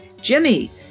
Jimmy